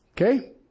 Okay